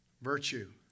virtue